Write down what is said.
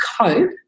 cope